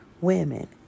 women